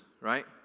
right